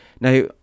Now